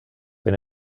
wenn